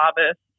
harvest